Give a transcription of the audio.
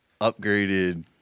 upgraded